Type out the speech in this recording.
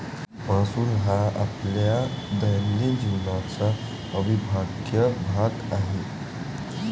महसूल हा आपल्या दैनंदिन जीवनाचा अविभाज्य भाग आहे